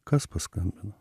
kas paskambino